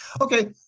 Okay